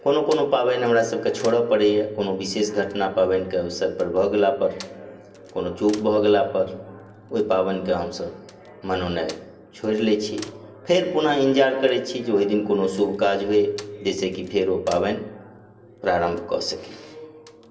कोनो कोनो पावनि हमरा सबके छोड़ऽ पड़ैया कोनो विशेष घटना पावनिके अवसर पर भऽ गेला पर कोनो चूप भऽ गेला पर ओहि पावनिके हमसब मनेनाइ छोड़ि दै छी फेर पुनः इंतजार करै छी जे ओहि दिन कोनो शुभ काज होय जैसेकि फेर ओ पावनि प्रारम्भ कऽ सकी